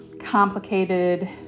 complicated